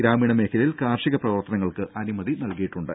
ഗ്രാമീണ മേഖലയിൽ കാർഷിക പ്രവർത്തനങ്ങൾക്ക് അനുമതി നൽകിയിട്ടുണ്ട്